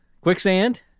Quicksand